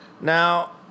Now